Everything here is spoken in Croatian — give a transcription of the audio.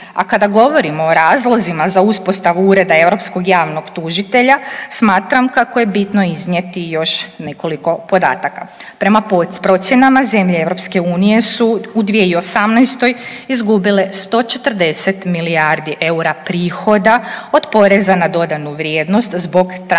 A kada govorimo o razlozima za uspostavu Ureda europskog javnog tužitelja, smatram kako je bitno iznijeti još nekoliko podataka. Prema procjenama, zemlje EU su u 2018. izgubile 140 milijardi eura prihoda od poreza na dodanu vrijednost zbog transnacionalnih